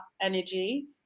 energy